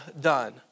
done